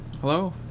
Hello